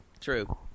True